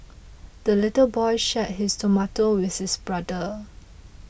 the little boy shared his tomato with his brother